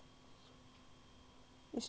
it's still like that leh